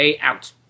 out